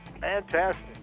Fantastic